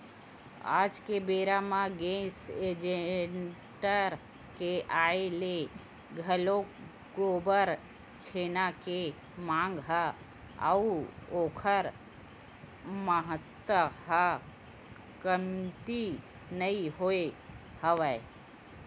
आज के बेरा म गेंस सिलेंडर के आय ले घलोक गोबर छेना के मांग ह अउ ओखर महत्ता ह कमती नइ होय हवय